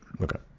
Okay